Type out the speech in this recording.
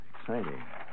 Exciting